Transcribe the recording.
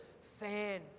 fan